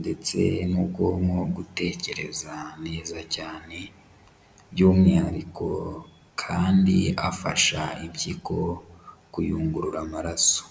ndetse n'ubwonko gutekereza neza cyane, by'umwihariko kandi afasha impyiko kuyungurura amaraso.